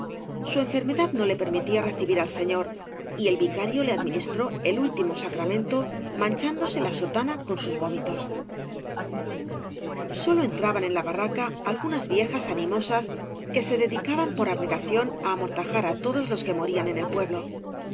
su enfermedad no le permitía recibir al señor y el vicario le administró el ultimo sacramento manchándose la aotana con sus vómitos v bi asoo íbáñk sólo entraban en la barraca algunas viejae animobas que ee dedicaban por abnegación amortajar á todos iob que morían en el pueblo